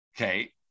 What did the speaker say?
Okay